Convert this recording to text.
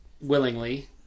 Willingly